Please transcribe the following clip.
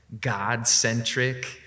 God-centric